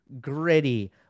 gritty